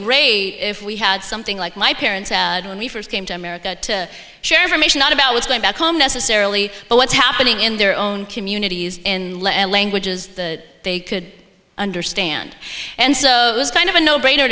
great if we had something like my parents when we first came to america to share information not about what's going back home necessarily but what's happening in their own communities in languages the they could understand and so it was kind of a no brainer